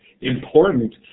Important